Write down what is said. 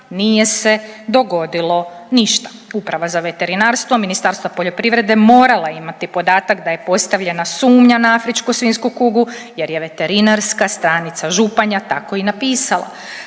nije se dogodilo ništa. Uprava za veterinarstvo Ministarstva poljoprivrede morala je imati podatak da je postavljena sumnja na afričku svinjsku kugu jer je Veterinarska stanica Županja tako i napisala.